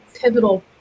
pivotal